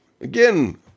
Again